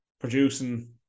Producing